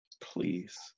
Please